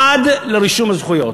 עד לרישום הזכויות.